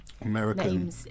American